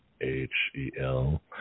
H-E-L